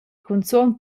cunzun